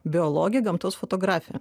biologė gamtos fotografė